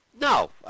No